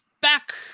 back